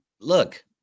look